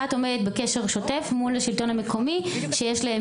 את עומדת בקשר שוטף מול השלטון המקומי שיש להם